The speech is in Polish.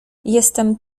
jestem